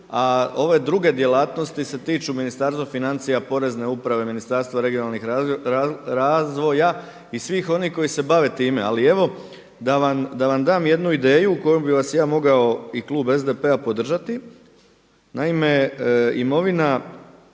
A ove druge djelatnosti se tiču Ministarstva financija, Porezne uprave, Ministarstva regionalnog razvoja i svih onih koji se bave time. Ali evo da vam dam jednu ideju u kojoj bih vas ja mogao i klub SDP-a podržati. Naime, imovina,